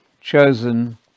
chosen